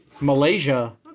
Malaysia